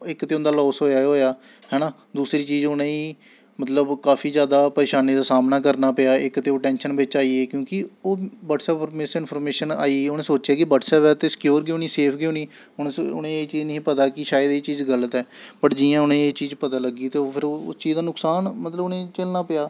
ओह् इक ते उं'दा लास होएआ गै होएआ है ना दूसरी चीज उ'नें गी मतलब ओह् काफी जैदा परेशानी दा सामना करना पेआ इक ते ओह् टैंशन बिच्च आई गेई क्योंकि ओह् ब्ह्टसैप पर मिस इंफर्मेशन आई उ'नें सोचेआ कि एह् ब्हटसैप ऐ ते सैक्योर गै होनी सेफ गै होनी उ'न स उ'नें गी एह् चीज नेईं ही पता कि शायद एह् चीज गल्त ऐ बट जि'यां उ'नें गी एह् चीज पता लग्गी ते ओह् फिर ओह् उस चीज दा नुकसान मतलब उ'नें गी झेलना पेआ